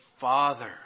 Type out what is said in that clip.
Father